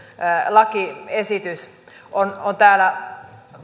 lakiesitys on on täällä